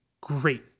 great